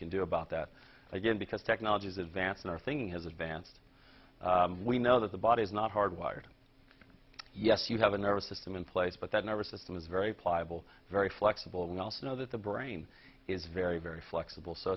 can do about that again because technology is advancing our thinking has advanced we know that the body is not hard wired yes you have a nervous system in place but that number system is very pliable very flexible enough to know that the brain is very very flexible so